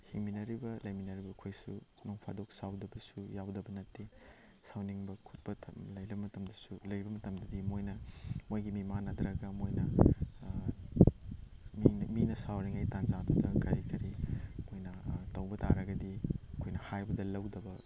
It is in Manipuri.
ꯍꯤꯡꯃꯤꯟꯅꯔꯤꯕ ꯂꯩꯃꯤꯟꯅꯔꯤꯕ ꯑꯩꯈꯣꯏꯁꯨ ꯅꯣꯡ ꯐꯥꯗꯣꯛ ꯁꯥꯎꯗꯕꯁꯨ ꯌꯥꯎꯗꯕ ꯅꯠꯇꯦ ꯁꯥꯎꯅꯤꯡꯕ ꯈꯣꯠꯄ ꯂꯩꯕ ꯃꯇꯝꯗꯁꯨ ꯂꯩꯕ ꯃꯇꯝꯗꯗꯤ ꯃꯣꯏꯅ ꯃꯣꯏꯒꯤ ꯃꯤꯃꯥꯟꯅꯗ꯭ꯔꯒ ꯃꯣꯏꯅ ꯃꯤꯅ ꯁꯥꯎꯔꯤꯉꯩ ꯇꯟꯖꯥꯗꯨꯗ ꯀꯔꯤ ꯀꯔꯤ ꯃꯣꯏꯅ ꯇꯧꯕ ꯇꯥꯔꯒꯗꯤ ꯑꯩꯈꯣꯏꯅ ꯍꯥꯏꯕꯗ ꯂꯧꯗꯕ